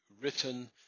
written